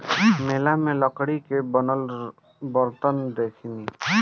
मेला में लकड़ी के बनल बरतन देखनी